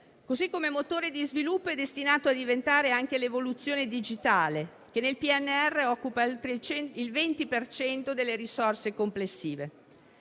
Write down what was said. modo, motore di sviluppo è destinato a diventare anche l'evoluzione digitale che, nel PNRR, occupa il 20 per cento delle risorse complessive.